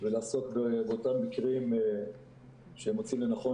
ולעסוק באותם מקרים שהם מוצאים לנכון